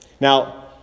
Now